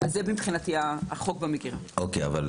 את מדברת